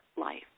life